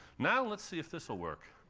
now, let's see if this will work.